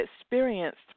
experienced